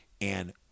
and-